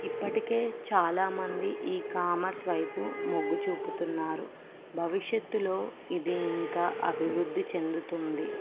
ఇప్పటికే చాలామంది e commerce వైపు మొగ్గు చూపుతున్నారు భవిష్యత్తులో ఇది ఇంకా అభివృద్ధి చెందుతుంది